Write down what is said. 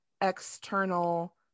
external